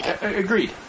Agreed